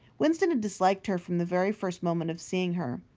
winston had disliked her from the very first moment of seeing her.